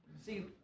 See